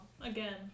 again